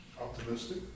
Optimistic